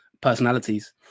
personalities